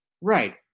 Right